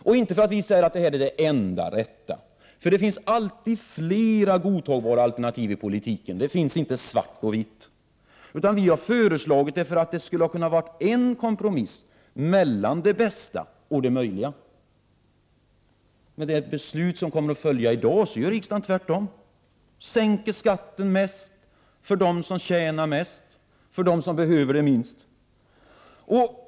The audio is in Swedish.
Vi anser inte att detta är det enda rätta, för det finns alltid flera godtagbara alternativ i politiken — det är inte fråga om svart eller vitt. Vi har föreslagit det därför att det skulle kunna vara en kompromiss mellan det bästa och det möjliga. Men enligt det beslut som kommer att fattas i dag gör riksdagen tvärtom — sänker skatten mest för dem som tjänar mest, alltså för dem som behöver det minst.